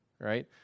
right